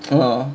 oh